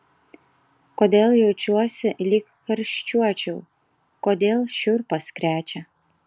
kodėl jaučiuosi lyg karščiuočiau kodėl šiurpas krečia